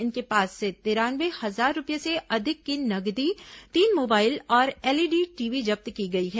इनके पास से तिरानवे हजार रूपये से अधिक की नगदी तीन मोबाइल और एलईडी टीवी जब्त की गई है